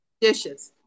dishes